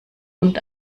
und